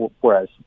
Whereas